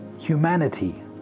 Humanity